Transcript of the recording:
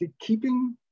keeping